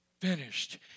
finished